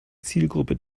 zielgruppe